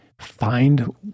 Find